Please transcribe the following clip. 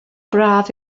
braf